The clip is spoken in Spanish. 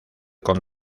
con